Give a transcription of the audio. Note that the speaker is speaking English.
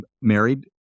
married